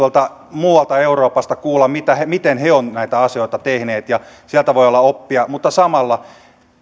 muualta euroopasta miten he ovat näitä asioita tehneet ja sieltä voi olla oppia mutta samalla